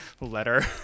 letter